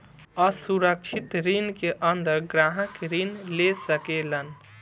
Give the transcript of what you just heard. असुरक्षित ऋण के अंदर ग्राहक ऋण ले सकेलन